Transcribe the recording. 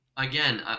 Again